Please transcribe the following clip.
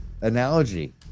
analogy